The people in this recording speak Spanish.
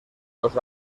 los